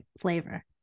flavor